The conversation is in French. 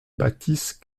bâtisse